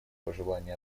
пожелание